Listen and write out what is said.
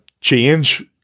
change